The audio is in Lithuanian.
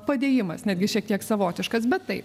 padėjimas netgi šiek tiek savotiškas bet taip